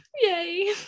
Yay